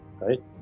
Right